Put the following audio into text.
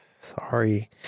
sorry